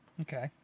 Okay